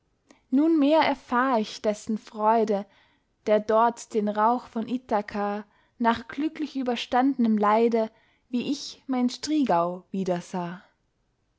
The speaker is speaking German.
nunmehr erfahr ich dessen freude der dort den rauch von ithaka nach glücklich überstandnem leide wie ich mein striegau wiedersah